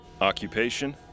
Occupation